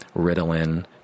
Ritalin